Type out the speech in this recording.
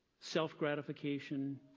self-gratification